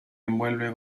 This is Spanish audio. envuelve